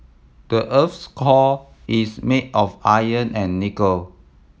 the earth's core is made of iron and nickel